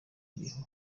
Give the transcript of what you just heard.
iriho